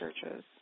churches